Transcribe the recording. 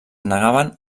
negaven